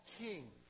king